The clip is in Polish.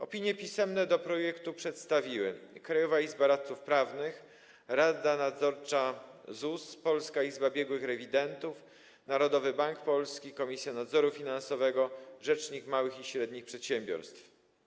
Opinie pisemne do projektu przedstawili: Krajowa Izba Radców Prawnych, Rada Nadzorcza ZUS, Polska Izba Biegłych Rewidentów, Narodowy Bank Polski, Komisja Nadzoru Finansowego oraz rzecznik małych i średnich przedsiębiorstw.